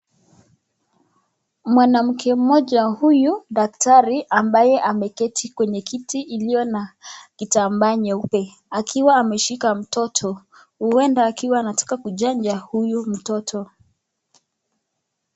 Mwanamke mmoja huyu daktari ambaye ameketi kwenye kiti iliyo na kitambaa nyeupe akiwa ameshika mtoto, uenda akiwa anataka kuchanja huyu mtoto.